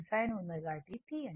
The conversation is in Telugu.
sin ω t తీయండి